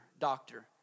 doctor